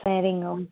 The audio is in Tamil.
சரிங்க